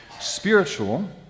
spiritual